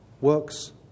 work's